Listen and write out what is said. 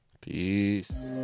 Peace